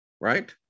Right